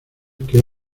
que